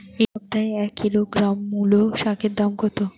এ সপ্তাহে এক কিলোগ্রাম মুলো শাকের দাম কত?